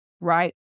right